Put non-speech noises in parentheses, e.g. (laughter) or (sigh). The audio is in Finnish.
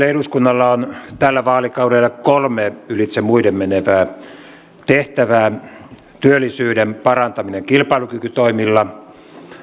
(unintelligible) ja eduskunnalla on tällä vaalikaudella kolme ylitse muiden menevää tehtävää työllisyyden parantaminen kilpailukykytoimilla